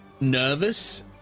nervous